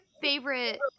favorite